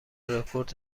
رکورد